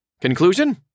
Conclusion